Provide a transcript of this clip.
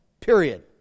Period